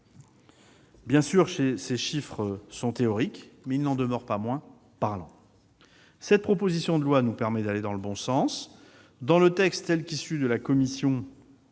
Bien sûr, ces chiffres sont théoriques, ils n'en demeurent pas moins parlants. Cette proposition de loi nous permet d'aller dans le bon sens. Dans le texte issu des travaux de la commission